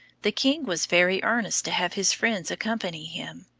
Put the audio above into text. the king was very earnest to have his friends accompany him.